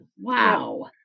Wow